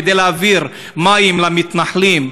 כדי להעביר מים למתנחלים,